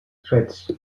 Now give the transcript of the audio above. threads